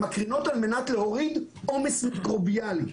הן מקרינות על מנת להוריד עומס מיקרוביאלי.